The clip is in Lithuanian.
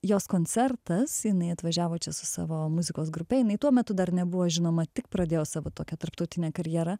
jos koncertas jinai atvažiavo čia su savo muzikos grupe jinai tuo metu dar nebuvo žinoma tik pradėjo savo tokią tarptautinę karjerą